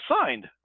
signed